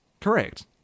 Correct